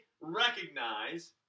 recognize